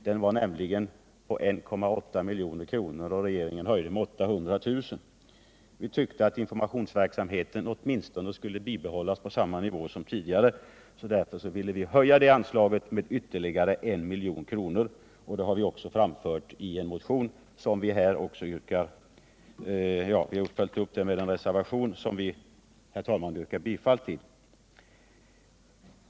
Denna uppgår enligt verket till 1,8 milj.kr., medan den av regeringen föreslagna höjningen är 800 000 kr. Vi anser att informationsverksamheten skall bibehå!las på åtminstone samma nivå som tidigare. Därför föreslog vi i motionen en höjning med ytterligare 1 milj.kr. Detta förslag har vi följt upp i reservationen 3, som jag ber att få yrka bifall till.